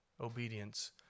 obedience